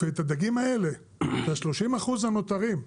ואת הדגים האלה, את ה-30 אחוז הנותרים,